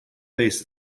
face